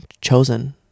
chosen